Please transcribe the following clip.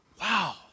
Wow